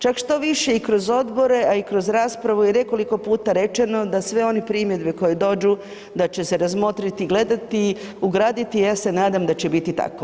Čak štoviše i kroz odbore, a i kroz raspravu je nekoliko puta rečeno da sve one primjedbe koje dođu da će se razmotriti i gledati, ugraditi, ja se nadam da će biti tako.